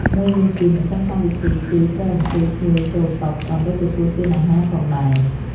មួយវិញទៀតម្ចាស់កម្មវិធីគឺ ត្រូវអញ្ជើញភ្ញៀវចូលតុ ដើម្បីទទួលទានអាហារផងដែរ។